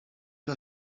que